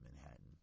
Manhattan